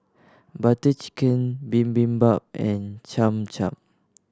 Butter Chicken Bibimbap and Cham Cham